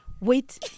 Wait